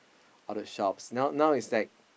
all the shop now it's like